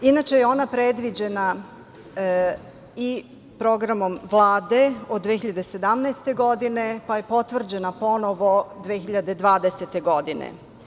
Inače, ona je predviđena i programom Vlade od 2017. godine, pa je potvrđena ponovo 2020. godine.